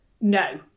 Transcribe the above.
No